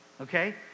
okay